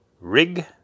Rig